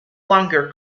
longer